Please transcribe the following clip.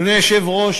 אדוני היושב-ראש,